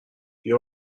بیا